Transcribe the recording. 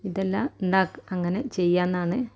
ഇതെല്ലാം അങ്ങനെ ചെയ്യാമെന്നാണ്